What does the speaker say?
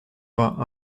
vingt